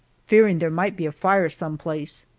fearing there might be a fire some place.